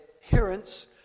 adherence